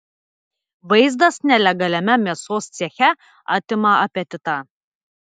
vaizdas nelegaliame mėsos ceche atima apetitą